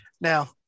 Now